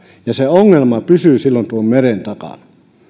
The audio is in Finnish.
ja se ongelma pysyy silloin tuon meren takana